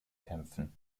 kämpfen